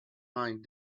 mind